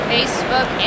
Facebook